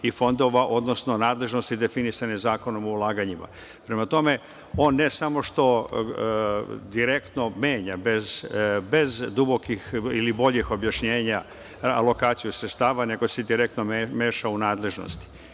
i fondova, odnosno nadležnosti definisanih Zakonom o ulaganjima. Prema tome, on ne samo što direktno menja, bez dubokih ili boljih objašnjenja, lokaciju sredstava, nego se direktno meša u nadležnosti. Inače,